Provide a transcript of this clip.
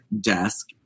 desk